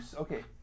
okay